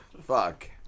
fuck